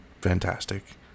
fantastic